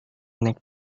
naik